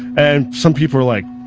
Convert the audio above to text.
and some people are like,